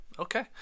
Okay